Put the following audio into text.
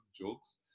jokes